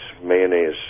mayonnaise